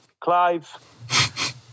Clive